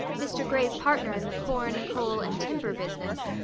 mr grey's partner in the corn, coal, and timber business,